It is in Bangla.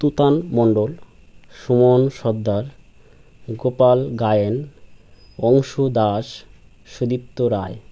তুতান মন্ডল সুমন সর্দার গোপাল গায়েন অংশু দাস সুদীপ্ত রায়